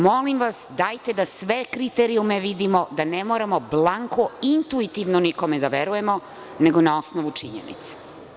Molim vas, dajte da sve kriterijume vidimo, da ne moramo blanko intuitivno nikome da verujemo, nego na osnovu činjenice.